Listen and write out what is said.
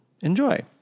enjoy